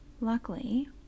Luckily